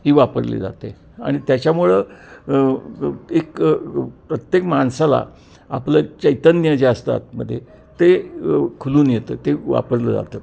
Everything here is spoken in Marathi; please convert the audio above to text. ही वापरली जाते आणि त्याच्यामुळं एक प्रत्येक माणसाला आपलं चैतन्य जे असतं आतमध्ये ते खुलून येतं ते वापरलं जातं